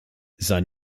sein